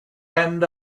end